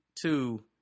Two